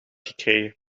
gekregen